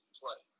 play